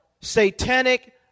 satanic